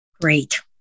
Great